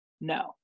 No